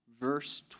verse